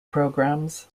programmes